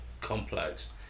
complex